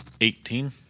Eighteen